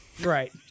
Right